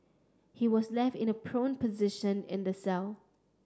he was left in a prone position in the cell